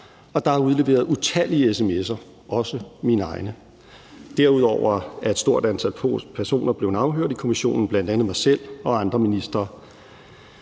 og der er udleveret utallige sms'er, også mine egne. Derudover er et stort antal personer blevet afhørt i kommissionen, bl.a. mig selv og andre ministre.